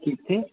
ਕਿੱਥੇ